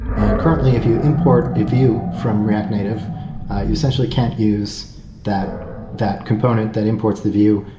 and currently, if you import a view from react native, you essentially can't use that that component that imports the view.